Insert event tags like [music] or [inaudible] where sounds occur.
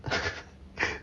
[laughs]